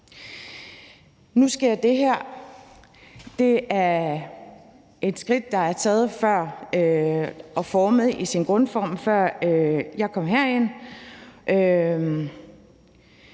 Nu sker det her. Det er et skridt, der er taget og formet i sin grundform, før jeg kom herind.